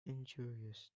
injurious